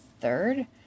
third